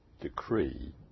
decree